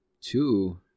Two